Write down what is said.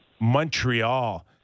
Montreal